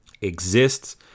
exists